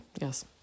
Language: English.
Yes